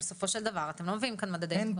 בסופו של דבר אתם לא מביאים כאן מדדי עדכון.